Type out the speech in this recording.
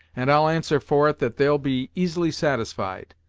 and i'll answer for it that they'll be easily satisfied.